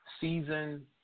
season